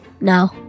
No